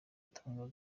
gutanga